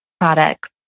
products